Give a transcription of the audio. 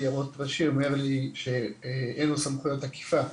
יערות ראשי אומר לי שאין לו סמכויות אכיפה,